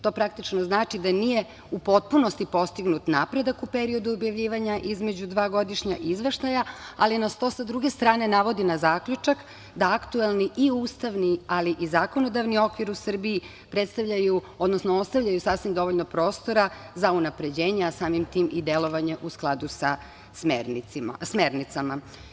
To znači da nije u potpunosti postignut napredak u periodu objavljivanja između dva godišnja izveštaja, ali nas to sa druge strane navodi na zaključak da aktuelni i ustavni, ali i zakonodavni okvir u Srbiji predstavljaju, odnosno ostavljaju sasvim dovoljno prostora za unapređenje, a samim tim i delovanje u skladu sa smernicama.